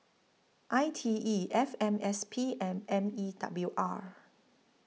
I T E F M S P and M E W R